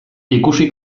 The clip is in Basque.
ikusi